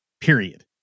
period